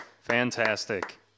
Fantastic